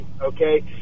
okay